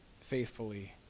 faithfully